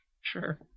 Sure